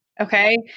Okay